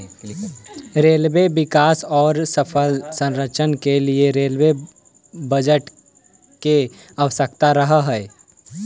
railway के विकास औउर सफल संचालन के लिए रेलवे बजट के आवश्यकता रहऽ हई